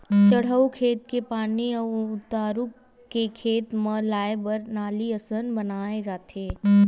चड़हउ खेत के पानी ह उतारू के खेत म लाए बर नाली असन बनाए जाथे